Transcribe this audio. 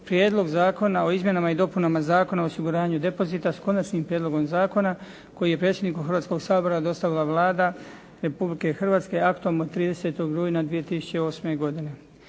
Prijedlog zakona o Izmjenama i dopunama Zakona o osiguranju depozita, s konačnim prijedlog zakona, koji je predsjedniku Hrvatskoga sabora dostavila Vlada Republike Hrvatske aktom od 30. rujna 2008. godine.